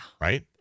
Right